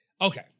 Okay